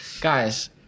Guys